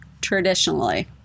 traditionally